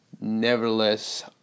nevertheless